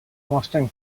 mostren